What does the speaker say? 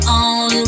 on